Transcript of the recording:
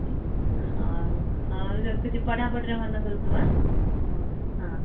ହଉ ହଉ ରଖୁଛି ପଢ଼ାପଢ଼ିରେ ମନ ଦେଉଥିବ ହଁ